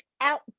out